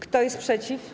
Kto jest przeciw?